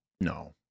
no